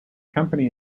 company